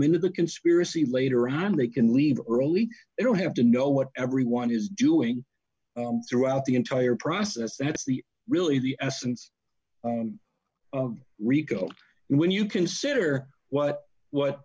into the conspiracy later on they can leave early they don't have to know what everyone is doing throughout the entire process that's the really the essence rico when you consider what what